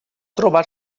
trobar